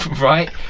Right